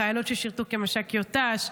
חיילות ששירתו כמש"קיות ת"ש,